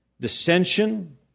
Dissension